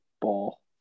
Ball